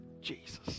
Jesus